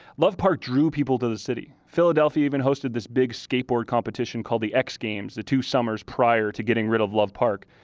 love park drew people to the city. philadelphia even hosted this big skateboard competition called the x games, the two summers prior to getting rid of love park.